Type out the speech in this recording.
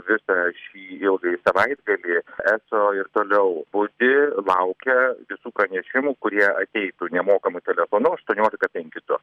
visą šį ilgąjį savaitgalį eso ir toliau budi laukia visų pranešimų kurie ateitų nemokamu telefonu aštuoniolika penki du